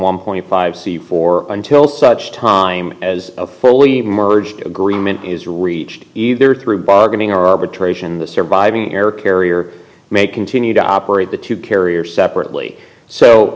one point five c four until such time as a holy merged agreement is reached either through bargaining or arbitration the surviving air carrier may continue to operate the two carriers separately